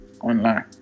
online